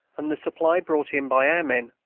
and the supply brought in by our men,